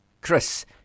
Chris